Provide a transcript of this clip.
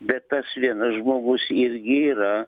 bet tas vienas žmogus irgi yra